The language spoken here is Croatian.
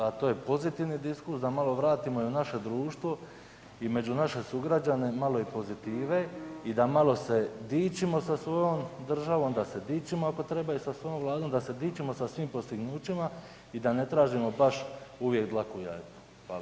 A to je pozitivni diskurs, da malo vratimo i u naše društvo i među naše sugrađane malo i pozitive i da malo se dičimo sa svojom državom, da se dičimo ako treba i sa svojom vladom, da se dičimo sa svim postignućima i da ne tražimo baš uvijek dlaku u jajetu.